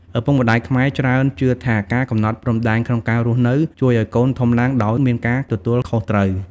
ឪពុកម្តាយខ្មែរច្រើនជឿថាការកំណត់ព្រំដែនក្នុងការរស់នៅ ជួយឱ្យកូនធំឡើងដោយមានការទទួលខុសត្រូវ។